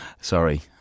sorry